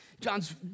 John's